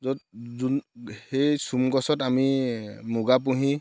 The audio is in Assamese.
য'ত যোন সেই চোম গছত আমি মুগা পুহি